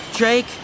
Drake